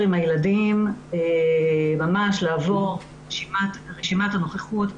הילדים, לעבור על רשימת הנוכחות,